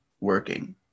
working